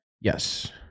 Yes